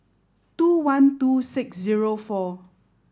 two one two six zero four